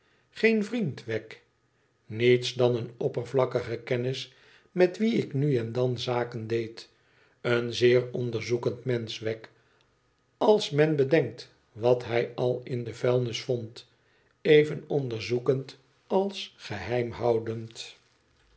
geen vriend wegg niets dan een oppervlakkige kennis met wien ik nu en dan zaken deed een zeer onderzoekend mensch wegg als men bedenkt wat hij al in de vuilnis vond even onderzoekend als geheimhoudend